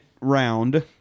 round